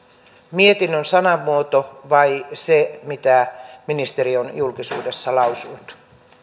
mietinnön sanamuoto vai se mitä ministeri on julkisuudessa lausunut